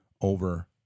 over